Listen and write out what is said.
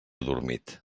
adormit